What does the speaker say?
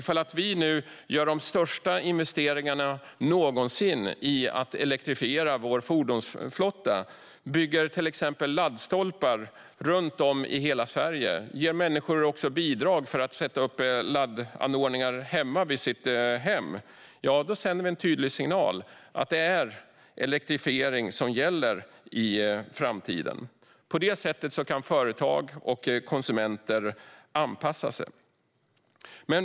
Om vi nu gör de största investeringarna någonsin i att elektrifiera fordonsflottan, genom att till exempel bygga laddstolpar runt om i hela Sverige och även ge människor bidrag för att sätta upp laddanordningar vid sina hem, sänder vi en tydlig signal om att elektrifiering är vad som gäller i framtiden. På detta sätt kan företag och konsumenter anpassa sig.